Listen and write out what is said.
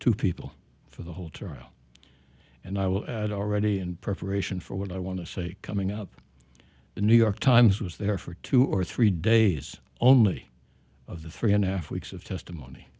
to people for the whole trial and i will add already in preparation for what i want to say coming up the new york times was there for two or three days only of the three and a half weeks of testimony